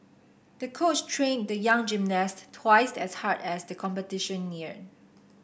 the coach trained the young gymnast twice as hard as the competition neared